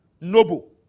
noble